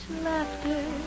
laughter